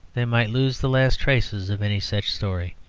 they might lose the last traces of any such story.